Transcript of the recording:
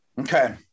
Okay